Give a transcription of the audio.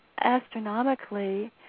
astronomically